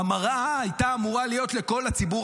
המראה הייתה אמורה להיות לכל הציבור